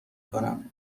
کنم